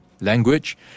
language